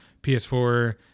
PS4